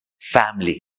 family